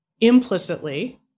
implicitly